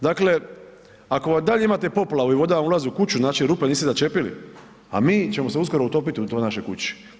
Dakle ako i dalje imate poplavu i voda vam ulazi u kuću, znači rupe niste začepili, a mi ćemo se uskoro utopiti u toj našoj kući.